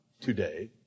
Today